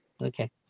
Okay